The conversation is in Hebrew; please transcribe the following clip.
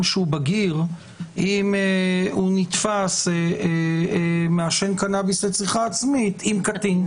שהוא בגיר אם הוא נתפס מעשן קנאביס לצריכה עצמית עם קטין.